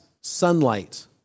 sunlight